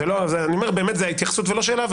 זו הייתה התייחסות ולא שאלה.